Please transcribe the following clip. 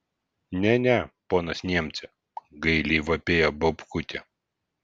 ne ne ponas niemce gailiai vapėjo baubkutė